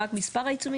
רק מספר העיצומים?